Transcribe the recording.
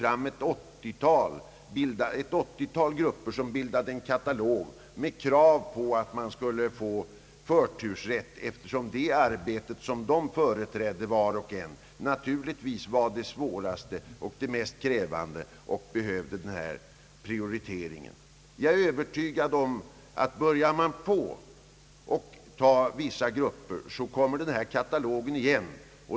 Utskottets sekreterare herr Ekberg förklarade i utskottet att den gången fick man en hel katalog av grupper, närmare bestämt ett 80-tal, som var och en hävdade att just den gruppen hade det svåraste och mest krävande arbetet och därför borde prioriteras. Börjar man ge vissa grupper lägre pensionsålder, kommer den här katalogen igen.